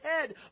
head